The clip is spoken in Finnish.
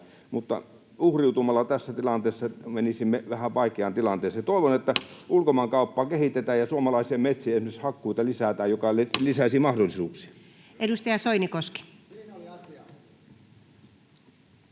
mutta uhriutumalla tässä tilanteessa menisimme vähän vaikeaan tilanteeseen. Toivon, että ulkomaankauppaa kehitetään ja suomalaisen metsien esimerkiksi hakkuita lisätään, mikä lisäisi mahdollisuuksia. [Mika Niikko: Siinä